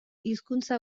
hizkuntza